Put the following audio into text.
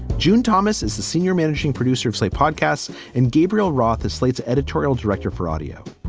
june thomas is the senior managing producer of slate podcasts and gabriel roth is slate's editorial director for audio.